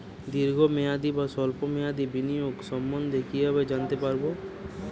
দীর্ঘ মেয়াদি বা স্বল্প মেয়াদি বিনিয়োগ সম্বন্ধে কীভাবে জানতে পারবো?